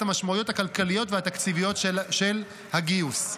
המשמעויות הכלכליות והתקציביות של הגיוס.